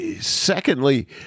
secondly